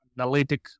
analytic